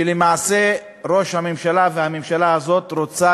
שלמעשה ראש הממשלה והממשלה הזאת רוצים